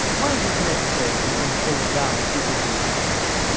why is it necessary to transpose down pieces in high clefs?